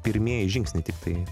pirmieji žingsniai tiktai